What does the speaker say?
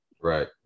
right